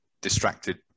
distracted